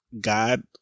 God